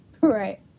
Right